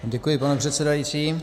Děkuji, pane předsedající.